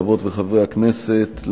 חברות וחברי הכנסת,